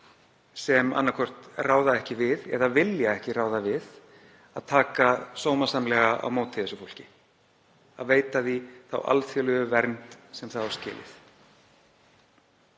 sem annaðhvort ráða ekki við eða vilja ekki ráða við að taka sómasamlega á móti þessu fólki og veita því þá alþjóðlegu vernd sem það á skilið.